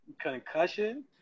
Concussion